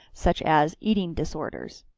such as eating disorders.